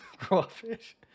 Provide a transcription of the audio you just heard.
Crawfish